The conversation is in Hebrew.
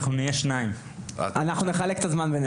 אנחנו נהיה שניים אנחנו נחלק את הזמן בינינו.